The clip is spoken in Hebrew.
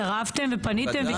התערבתם ופניתם?